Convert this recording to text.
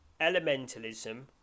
elementalism